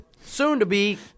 soon-to-be